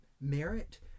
merit